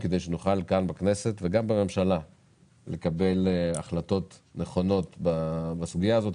כדי שנוכל בכנסת ובממשלה לקבל החלטות נכונות בסוגיה הזאת.